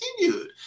continued